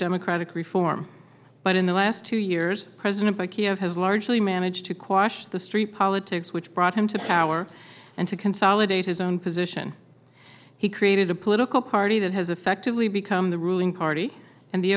democratic reform but in the last two years president by kiev has largely managed to quash the street politics which brought him to power and to consolidate his own position he created a political party that has effectively become the ruling party and the